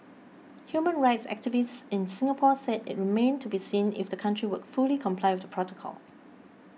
human rights activists in Singapore said it remained to be seen if the country would fully comply with the protocol